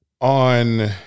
On